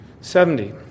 Seventy